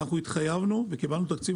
והתחייבנו וקיבלנו תקציב